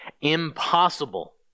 impossible